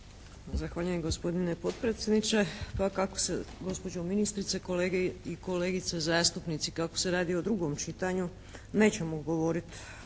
Zahvaljujem gospodine potpredsjedniče! Pa kako se gospođo ministrice, kolege i kolegice zastupnici, kako se radi o drugom čitanju nećemo govorit